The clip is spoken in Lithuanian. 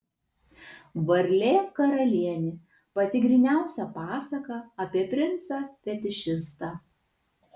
varlė karalienė pati gryniausia pasaka apie princą fetišistą